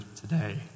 today